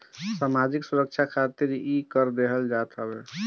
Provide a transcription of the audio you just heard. सामाजिक सुरक्षा खातिर इ कर देहल जात हवे